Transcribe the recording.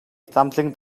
tlamtling